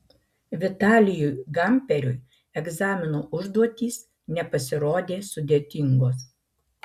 vitalijui gamperiui egzamino užduotys nepasirodė sudėtingos